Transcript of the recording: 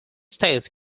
states